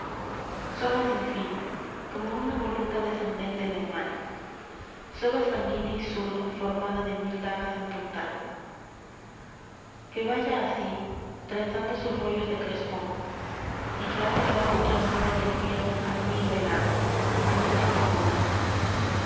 sin fin como una voluta descendente de mar soga sanguínea y zurda formada de mil dio i en puntal que vaya así trenzando sus rollos de crespón y que ate el gato trémulo del miedo al nido helado al último fogón